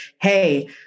Hey